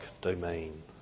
domain